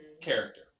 character